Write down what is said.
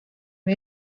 või